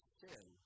sin